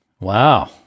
Wow